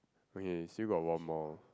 okay still got one more